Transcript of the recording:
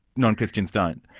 non-christians don't?